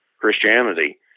Christianity